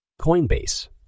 Coinbase